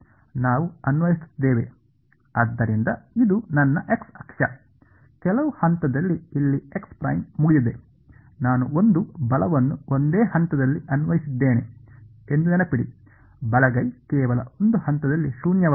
ನಾವು ಅನ್ವಯಿಸುತ್ತಿದ್ದೇವೆ ಆದ್ದರಿಂದ ಇದು ನನ್ನ x ಅಕ್ಷ ಕೆಲವು ಹಂತದಲ್ಲಿ ಇಲ್ಲಿ x 'ಮುಗಿದಿದೆ ನಾನು ಒಂದು ಬಲವನ್ನು ಒಂದೇ ಹಂತದಲ್ಲಿ ಅನ್ವಯಿಸಿದ್ದೇನೆ ಎಂದು ನೆನಪಿಡಿ ಬಲಗೈ ಕೇವಲ ಒಂದು ಹಂತದಲ್ಲಿ ಶೂನ್ಯವಲ್ಲ